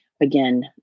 Again